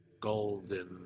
golden